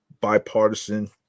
bipartisan